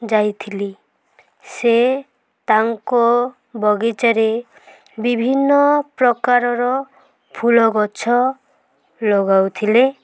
ଯାଇଥିଲି ସେ ତାଙ୍କ ବଗିଚାରେ ବିଭିନ୍ନ ପ୍ରକାରର ଫୁଲ ଗଛ ଲଗାଉଥିଲେ